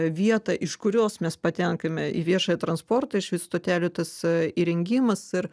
vietą iš kurios mes patenkame į viešąjį transportą iš stotelių tas įrengimas ir